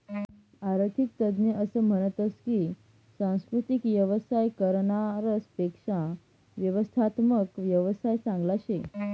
आरर्थिक तज्ञ असं म्हनतस की सांस्कृतिक येवसाय करनारास पेक्शा व्यवस्थात्मक येवसाय चांगला शे